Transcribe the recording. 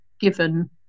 given